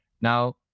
Now